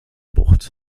bucht